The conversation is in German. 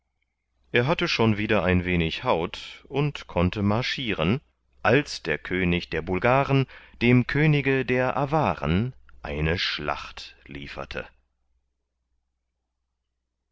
er hatte schon wieder ein wenig haut und konnte marschiren als der könig der bulgaren dem könige der avaren eine schlacht lieferte